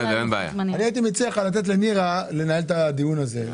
הייתי מציע לך לתת לנירה לנהל את הדיון הזה.